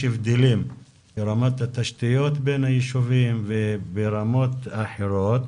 הבדלים בין היישובים ברמת התשתיות ובדברים אחרים,